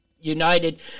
United